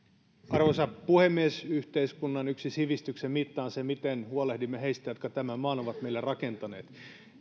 arvoisa puhemies yksi yhteiskunnan sivistyksen mitta on se miten huolehdimme heistä jotka tämän maan ovat meille rakentaneet